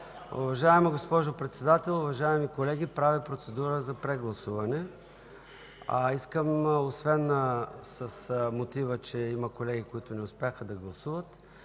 Уважаема госпожо Председател, уважаеми колеги правя процедура за прегласуване. Освен с мотива, че има колеги, които не успяха да гласуват,